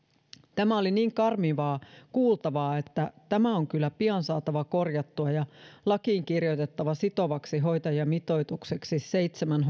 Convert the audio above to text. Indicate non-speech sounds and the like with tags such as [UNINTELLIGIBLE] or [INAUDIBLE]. tämä oli niin karmivaa kuultavaa että tämä on kyllä pian saatava korjattua ja lakiin kirjoitettava sitovaksi hoitajamitoitukseksi seitsemän [UNINTELLIGIBLE]